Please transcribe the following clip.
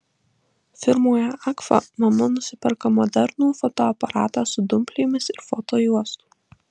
firmoje agfa mama nusiperka modernų fotoaparatą su dumplėmis ir fotojuostų